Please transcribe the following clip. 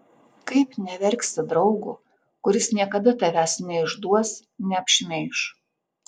kaip neverksi draugo kuris niekada tavęs neišduos neapšmeiš